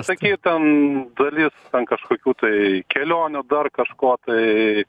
sakytum dalis kažkokių tai kelionių dar kažko tai